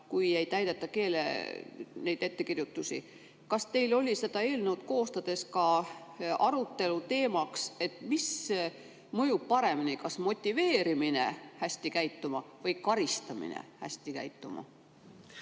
kui ei täideta neid ettekirjutusi. Kas teil oli seda eelnõu koostades ka arutelu teemaks, mis mõjub paremini, kas motiveerimine hästi käituma või karistamine, et hästi käitutaks?